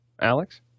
Alex